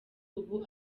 ubu